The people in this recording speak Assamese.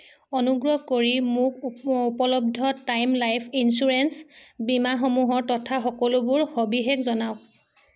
অনুগ্ৰহ কৰি মোক উপ উপলব্ধ টাৰ্ম লাইফ ইন্সুৰেঞ্চ বীমাসমূহৰ তথ্য সকলোবোৰ সবিশেষ জনাওক